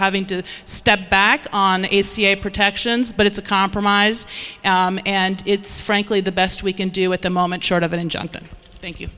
having to step back on protections but it's a compromise and it's frankly the best we can do at the moment short of an injunction thank you